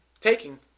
taking